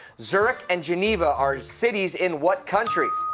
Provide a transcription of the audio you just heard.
zurich and geneva are cities in what country?